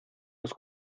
los